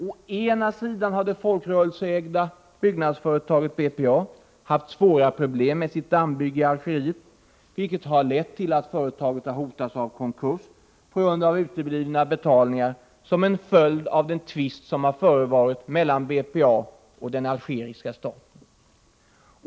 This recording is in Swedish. Å ena sidan har det folkrörelseägda byggnadsföretaget BPA haft svåra problem med sitt dammbygge i Algeriet, vilket lett till att företaget hotas av konkurs på grund av uteblivna betalningar som en följd av den tvist som förevarit mellan BPA och den algeriska staten.